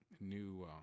new—